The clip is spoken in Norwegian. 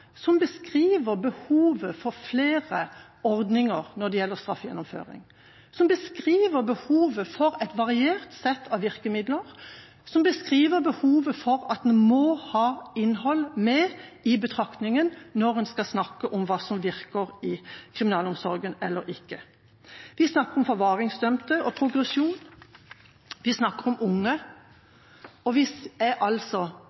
som beskriver behovet for flere ordninger når det gjelder straffegjennomføring, som beskriver behovet for et variert sett av virkemidler og behovet for at en må ta innhold med i betraktningen når en snakker om hva som virker i kriminalomsorgen eller ikke. Vi snakker om forvaringsdømte og progresjon, og vi snakker om unge, og